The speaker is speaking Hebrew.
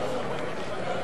הצעת סיעת